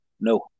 no